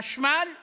חשמל ומים.